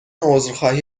عذرخواهی